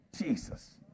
Jesus